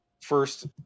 first